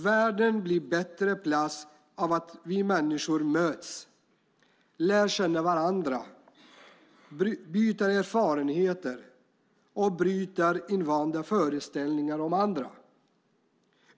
Världen blir en bättre plats av att vi människor möts, lär känna varandra, byter erfarenheter och bryter invanda föreställningar om andra.